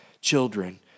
children